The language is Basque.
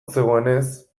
zegoenez